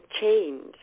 change